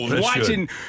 Watching